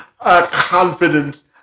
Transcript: confidence